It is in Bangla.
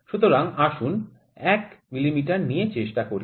সুতরাং আসুন ১ মিমি নিয়ে চেষ্টা করি